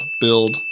build